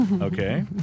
Okay